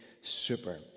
super